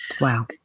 Wow